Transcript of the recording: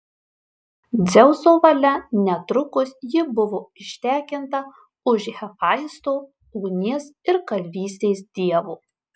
dzeuso valia netrukus ji buvo ištekinta už hefaisto ugnies ir kalvystės dievo